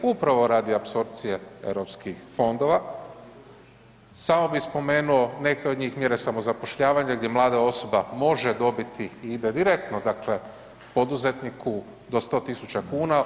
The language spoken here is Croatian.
Upravo radi apsorpcije europskih fondova, samo bih spomenuo, neke od njih mjere samozapošljavanja gdje mlada osoba može i ide direktno dakle, poduzetniku do 100 tisuća kuna.